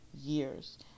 years